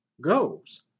goes